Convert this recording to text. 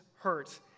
hurts